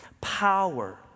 Power